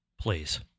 Please